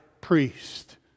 priest